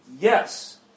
Yes